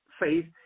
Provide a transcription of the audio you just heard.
faith